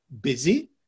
busy